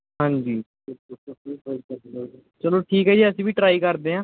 ਹਾਂਜੀ ਚਲੋ ਠੀਕ ਹੈ ਜੀ ਅਸੀਂ ਵੀ ਟਰਾਈ ਕਰਦੇ ਹਾਂ